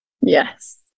Yes